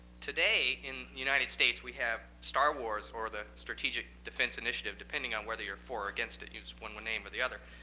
today, in the united states, we have star wars, or the strategic defense initiative. depending on whether you're for or against it, use one one name or the other.